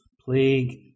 plague